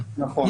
נכון.